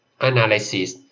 analysis